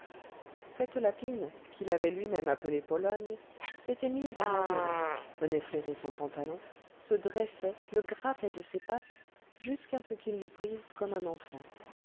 cette lapine qu'il avait lui-même appelée pologne s'était mise à l'adorer venait flairer son pantalon se dressait le grattait de ses pattes jusqu'à ce qu'il l'eût prise comme un enfant